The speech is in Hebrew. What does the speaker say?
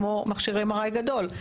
כמו מכשיר MRI גדול.